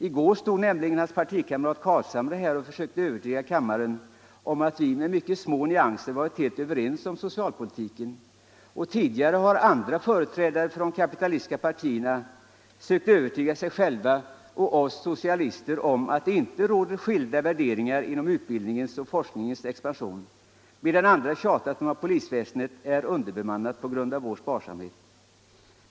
I går stod nämligen hans partikamrat herr Carlshamre här och försökte övertyga kammaren om att vi med mycket små nyanser varit helt överens om socialpolitiken, och tidigare har andra företrädare för de kapitalistiska partierna sökt övertyga sig själva och oss socialister om att det inte råder skilda värderingar inom utbildningens och forskningens expansion, medan andra tjatat om att polisväsendet är underbemannat på grund av vår sparsamhet.